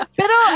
pero